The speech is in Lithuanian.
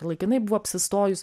laikinai buvo apsistojus